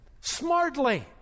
smartly